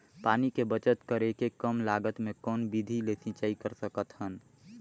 पानी के बचत करेके कम लागत मे कौन विधि ले सिंचाई कर सकत हन?